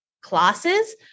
classes